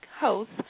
host